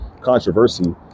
controversy